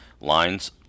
lines